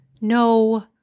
no